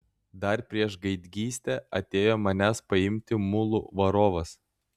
dar prieš gaidgystę atėjo manęs paimti mulų varovas